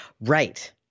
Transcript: Right